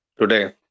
today